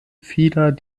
vieler